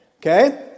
Okay